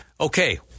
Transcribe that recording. okay